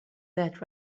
that